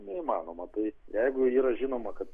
neįmanoma tai jeigu yra žinoma kad